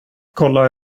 kolla